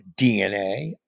dna